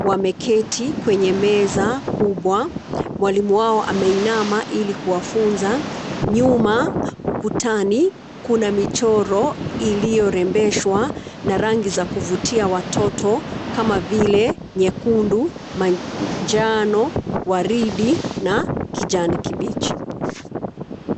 wameketi kwenye meza kubwa, mwalimu wao ameinama ili kuwafunza. Nyuma, ukutani, kuna michoro iliyorembeshwa na rangi za kuvutia watoto kama vile nyekundu, manjano, waridi na kijani kibichi.